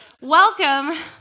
Welcome